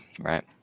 right